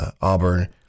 Auburn